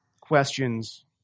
questions